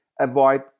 avoid